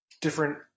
different